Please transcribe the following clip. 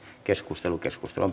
asian käsittely päättyi